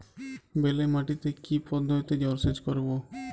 বেলে মাটিতে কি পদ্ধতিতে জলসেচ করব?